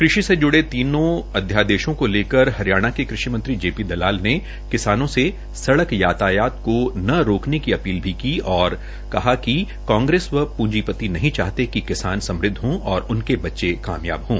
कृषि से जुड़े तीन अध्यादेशों को लेकर हरियाणा के कृषि मंत्री जेपी दलाल ने किसानों से सड़क यातायात को न रोकने की अपील करते हए कहा कि कांग्रेस व पंजीपति नहीं चाहते कि किसान समृद्ध हों और उनके बच्चे कामयाब हों